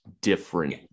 different